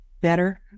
better